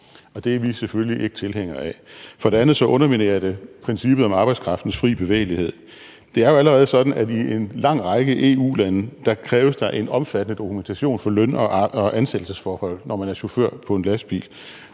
og det er vi selvfølgelig ikke tilhængere af. For det andet underminerer det princippet om arbejdskraftens frie bevægelighed. Det er jo allerede sådan, at i en lang række EU-lande kræves der en omfattende dokumentation for løn- og ansættelsesforhold, når man er chauffør på en lastbil.